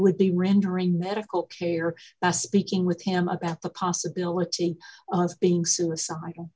would be rendering medical care speaking with him about the possibility of being suicidal